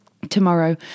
Tomorrow